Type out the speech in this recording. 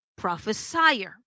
prophesier